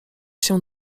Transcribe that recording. się